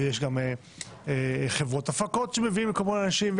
יש גם חברות הפקות שמביאים כל מיני אנשים.